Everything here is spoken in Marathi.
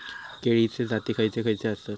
केळीचे जाती खयचे खयचे आसत?